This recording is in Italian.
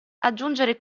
aggiungere